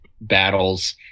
battles